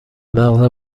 مغز